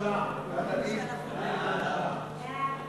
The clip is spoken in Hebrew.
הודעת